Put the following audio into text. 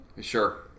Sure